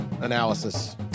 analysis